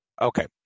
Okay